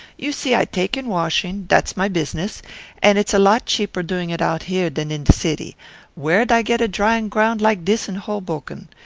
you see i take in washing dat's my business and it's a lot cheaper doing it out here dan in de city where'd i get a drying-ground like dis in hobucken?